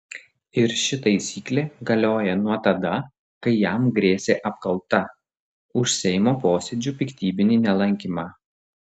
ir ši taisyklė galioja nuo tada kai jam grėsė apkalta už seimo posėdžių piktybinį nelankymą